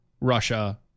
Russia